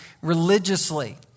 religiously